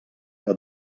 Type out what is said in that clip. que